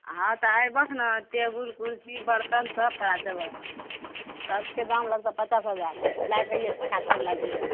हँ तऽ अयबहक ने तऽ टेबुल कुर्सी बर्तन सब पठा देबो सबके दाम लगतो पचास हजार लए जयिहऽ टका सब दऽ दिहऽ